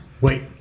Wait